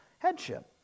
Headship